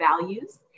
values